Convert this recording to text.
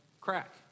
crack